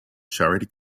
charity